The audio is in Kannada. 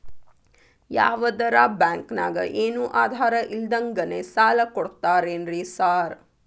ಯಾವದರಾ ಬ್ಯಾಂಕ್ ನಾಗ ಏನು ಆಧಾರ್ ಇಲ್ದಂಗನೆ ಸಾಲ ಕೊಡ್ತಾರೆನ್ರಿ ಸಾರ್?